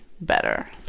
Better